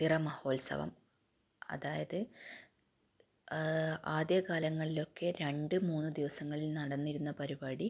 തിറ മഹോത്സവം അതായത് ആദ്യ കാലങ്ങളിലൊക്കെ രണ്ട് മൂന്ന് ദിവസങ്ങളിൽ നടന്നിരുന്ന പരിപാടി